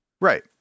Right